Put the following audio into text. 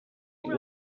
die